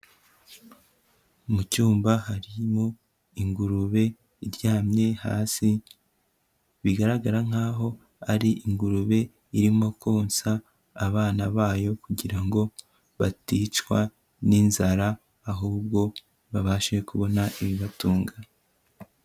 Mu cyumba harimo ingurube iryamye hasi, bigaragara nkaho ari ingurube irimo konsa abana bayo kugira ngo baticwa n'inzara, ahubwo babashe kubona ibibatunga.